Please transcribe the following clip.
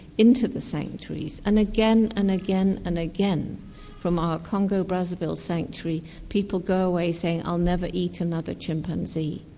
into the sanctuaries, and again and again and again from our congo brazaville sanctuary people go away saying i'll never eat another chimpanzee.